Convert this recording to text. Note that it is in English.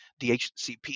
DHCP